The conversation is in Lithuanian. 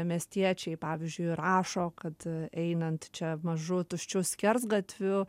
miestiečiai pavyzdžiui rašo kad einant čia mažu tuščiu skersgatviu